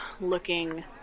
looking